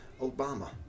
Obama